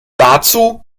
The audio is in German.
dazu